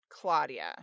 Claudia